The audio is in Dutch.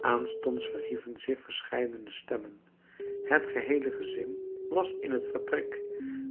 aanstonds verhieven zich verscheidene stemmen het geheele gezin was in het vertrek